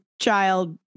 child